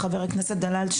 וחבר הכנסת דלל,